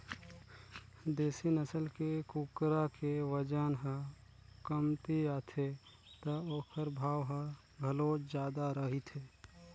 देसी नसल के कुकरा के बजन ह कमती आथे त ओखर भाव ह घलोक जादा रहिथे